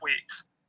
weeks